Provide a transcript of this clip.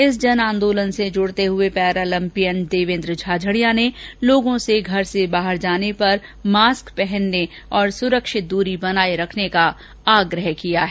इस जन आंदोलन से जुडते हए पैरालम्पियन देयेन्द्र झाझडिया ने लोगो से घर से बाहर जाने पर मास्क पहनने और सुरक्षित दूरी बनाये रखने का आग्रह किया है